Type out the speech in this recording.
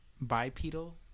bipedal